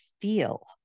feel